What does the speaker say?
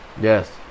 Yes